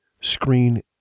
screen